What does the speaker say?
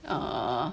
err